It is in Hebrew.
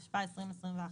התשפ"א-2021.